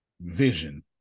vision